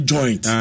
Joint